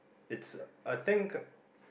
it's I think